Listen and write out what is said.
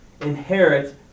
inherit